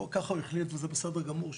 ככה הוא החליט וזה בסדר גמור,